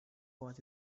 was